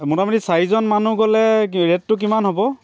মোটামুটি চাৰিজন মানুহ গ'লে কি ৰেটটো কিমান হ'ব